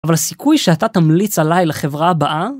אבל הסיכוי שאתה תמליץ עלי לחברה הבאה